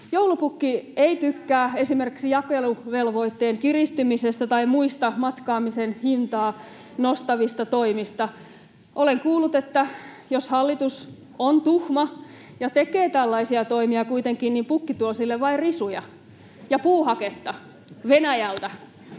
Joulupukki ei tykkää esimerkiksi jakeluvelvoitteen kiristymisestä tai muista matkaamisen hintaa nostavista toimista. Olen kuullut, että jos hallitus on tuhma ja tekee tällaisia toimia kuitenkin, niin pukki tuo sille vain risuja — ja puuhaketta Venäjältä.